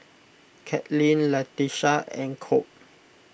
Katlin Latisha and Colt